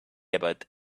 about